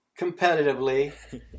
competitively